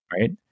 right